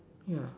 ya